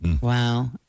Wow